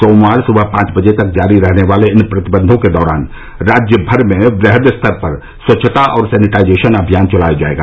सोमवार सुबह पांच बजे तक जारी रहने वाले इन प्रतिबंधों के दौरान राज्य भर में वृहद स्तर पर स्वच्छता और सैनिटाइजेशन अभियान चलाया जाएगा